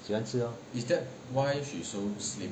喜欢吃 lor